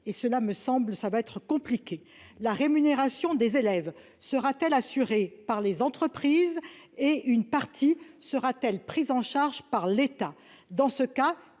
qui pourrait se révéler compliqué. La rémunération des élèves sera-t-elle assurée par les entreprises ? Une partie sera-t-elle prise en charge par l'État ?